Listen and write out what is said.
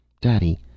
Daddy